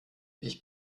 ich